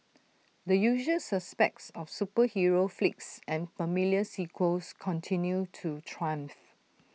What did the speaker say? the usual suspects of superhero flicks and familiar sequels continued to triumph